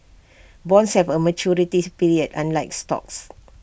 bonds have A maturities period unlike stocks